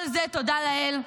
כל זה, תודה לאל,